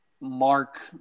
Mark